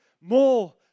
more